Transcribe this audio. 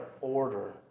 order